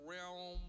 realm